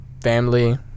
Family